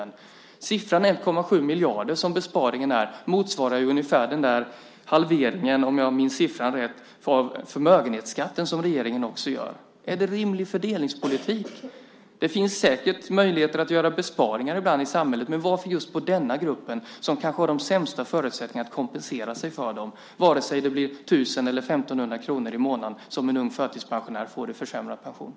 Besparingen på 1,7 miljarder motsvarar ungefär den halvering - om jag minns den siffran rätt - av förmögenhetsskatten som regeringen också gör. Är det rimlig fördelningspolitik? Det finns säkert möjligheter att ibland göra besparingar i samhället. Men varför göra besparingar på just denna grupp som kanske har de sämsta förutsättningarna att kompensera sig för försämringarna, vare sig det blir 1 000 kr eller det blir 1 500 kr i månaden i försämrad pension för en ung förtidspensionär?